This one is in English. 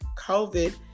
COVID